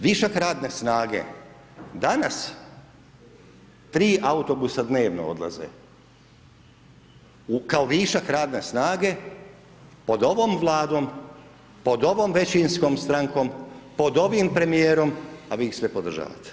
Višak radne snage, danas, tri autobusa dnevno odlaze, kao višak radne snage pod ovom vladom, pod ovom većinskom strankom, pod ovim premjerom, a vi ih sve podržavate.